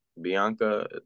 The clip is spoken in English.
bianca